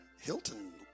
Hilton